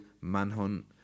Manhunt